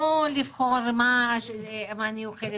ינון, לאן אתה הולך?